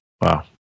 Wow